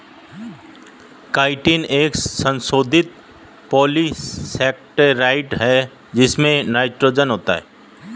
chitin एक संशोधित polysaccharide है जिसमें नाइट्रोजन होता है